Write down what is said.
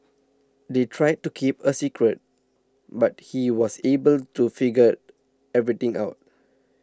they tried to keep it a secret but he was able to figure everything out